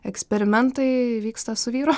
eksperimentai vyksta su vyru